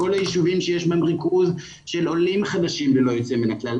כל היישובים שיש בהם ריכוז של עולים חדשים ללא יוצא מן הכלל,